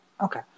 Okay